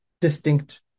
distinct